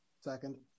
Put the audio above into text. Second